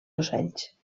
ocells